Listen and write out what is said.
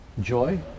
Joy